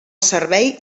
servei